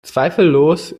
zweifellos